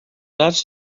ers